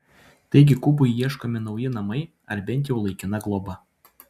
taigi kubui ieškomi nauji namai ar bent jau laikina globa